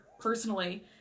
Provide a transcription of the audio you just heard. personally